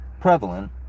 prevalent